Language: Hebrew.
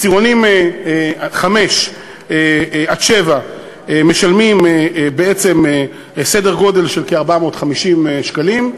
עשירונים 5 7 משלמים בעצם סדר גודל של כ-450 שקלים,